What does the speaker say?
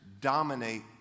dominate